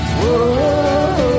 whoa